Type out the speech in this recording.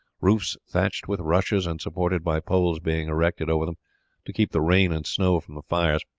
roofs thatched with rushes and supported by poles being erected over them to keep the rain and snow from the fires.